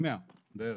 100 בערך,